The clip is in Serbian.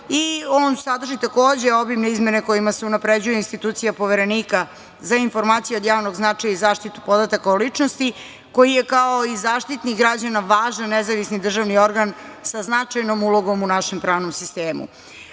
i on sadrži takođe obimne izmene kojima se unapređuje institucija Poverenika za informacije od javnog značaja i zaštitu podataka o ličnosti, koji je kao i Zaštitnik građana važan nezavisni državni organ, sa značajnom ulogom u našem pravnom